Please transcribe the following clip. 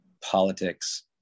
politics